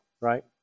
right